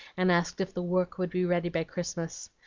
and asked if the work would be ready by christmas.